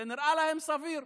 זה נראה להם סביר.